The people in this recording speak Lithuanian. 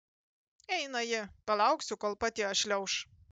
eina ji palauksiu kol pati atšliauš